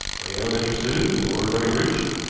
i am interested in lord leconbridge,